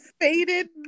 faded